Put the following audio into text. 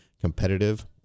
competitive